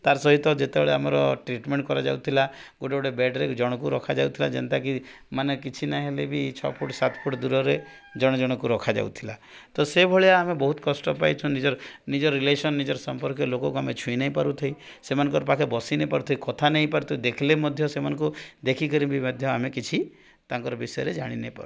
ତା ସହିତ ଯେତେବେଳେ ଆମର ଟ୍ରିଟମେଣ୍ଟ କରାଯାଉଥିଲା ଗୋଟେ ଗୋଟେ ବେଡ୍ରେ ଜଣକୁ ରଖାଯାଉଥିଲା ଯେଉଁଟାକି ମାନେ କିଛି ନାଇଁ ହେଲେ ବି ଛଅ ଫୁଟ୍ ସାତ ଫୁଟ୍ ଦୂରରେ ଜଣ ଜଣଙ୍କୁ ରଖାଯାଉଥିଲା ତ ସେହିଭଳିଆ ଆମେ ବହୁତ କଷ୍ଟ ପାଇଛୁ ନିଜର ନିଜ ରିଲେସନ୍ ନିଜର ସମ୍ପର୍କୀୟ ଲୋକଙ୍କୁ ଆମେ ଛୁଇଁ ପାରୁନଥିଲେ ସେମାନଙ୍କର ପାଖେ ବସି ପାରୁନଥିଲେ କଥା ହୋଇପାରୁ ନଥିଲେ ଦେଖିଲେ ମଧ୍ୟ ସେମାନଙ୍କୁ ଦେଖିକରି ବି ମଧ୍ୟ ଆମେ କିଛି ତାଙ୍କର ବିଷୟରେ ଜାଣିପାରୁ ନଥିଲୁ